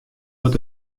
moat